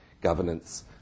governance